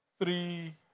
three